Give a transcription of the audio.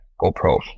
GoPro